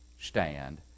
stand